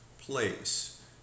place